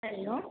हरिः ओं